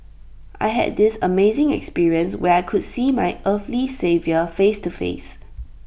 I had this amazing experience where I could see my earthly saviour face to face